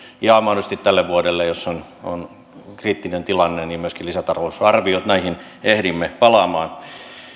ja mahdollisesti tälle vuodelle jos on on kriittinen tilanne myöskin lisätalousarviot näihin ehdimme palaamaan